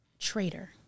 traitor